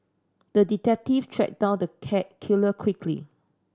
the detective tracked down the cat killer quickly